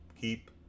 keep